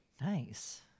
Nice